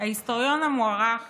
ההיסטוריון המוערך